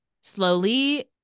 slowly